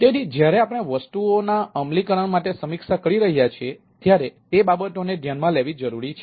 તેથી જ્યારે આપણે વસ્તુઓના અમલીકરણ માટે સમીક્ષા કરી રહ્યા છીએ ત્યારે તે બાબતોને ધ્યાનમાં લેવી જરૂરી છે